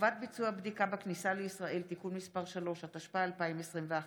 התשפ"א 2021,